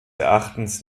erachtens